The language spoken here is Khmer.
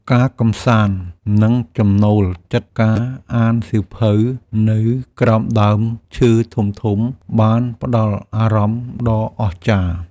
ការកម្សាន្ត និងចំណូលចិត្តការអានសៀវភៅនៅក្រោមដើមឈើធំៗបានផ្ដល់អារម្មណ៍ដ៏អស្ចារ្យ។